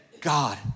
God